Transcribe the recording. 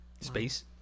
Space